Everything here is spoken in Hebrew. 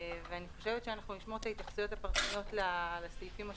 אני חושבת שנשמור את ההתייחסויות והפרשנויות לסעיפים השונים.